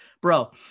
bro